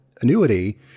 annuity